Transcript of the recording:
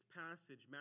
passage